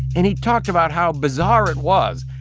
and he talked about how bizarre it was.